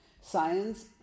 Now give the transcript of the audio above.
science